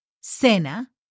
cena